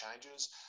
changes